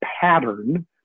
pattern